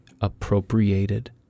appropriated